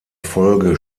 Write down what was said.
folge